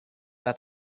that